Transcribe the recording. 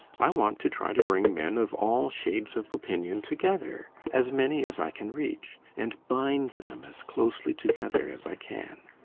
i want to try to bring men of all shades of opinion together as many as i can reach and bind them as closely together as i can.